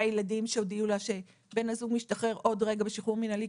ילדים שהודיעו לה שבן הזוג משתחרר עוד רגע בשחרור מנהלי,